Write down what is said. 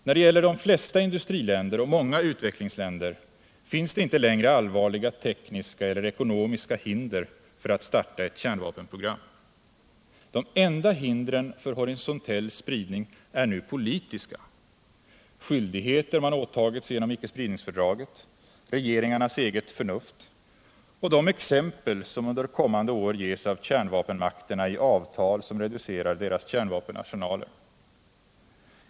När det gäller de flesta industriländer och många utvecklingsländer finns det inte längre allvarliga tekniska eller ekonomiska hinder för att starta ett kärnvapenprogram. De enda hindren för horisontell spridning är nu politiska: skyldigheter man åtagit sig genom icke-spridningsfördraget, regeringarnas eget förnuft och de exempel som under kommande år ges av kärnvapenmakterna i avtal som reducerar deras kärnvapenarsenaler.